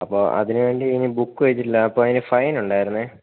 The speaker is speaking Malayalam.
അപ്പോൾ അതിനുവേണ്ടി ഇനി ബുക്ക് വെച്ചില്ല അപ്പോൾ അതിന് ഫൈനുണ്ടായിരുന്നു